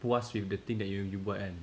dah puas with the thing you buat kan